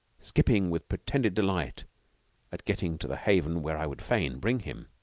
skip-ping with pretended delight at getting to the haven where i would fain bring him.